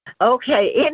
Okay